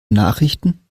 nachrichten